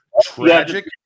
tragic